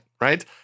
right